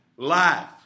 Life